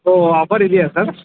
ಓ offer ಇದಿಯ sir